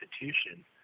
institution